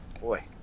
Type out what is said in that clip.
Boy